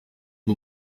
bwo